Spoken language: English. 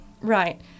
right